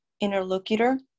interlocutor